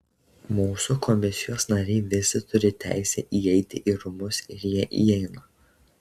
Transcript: mūsų komisijos nariai visi turi teisę įeiti į rūmus ir jie įeina